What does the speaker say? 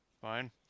Fine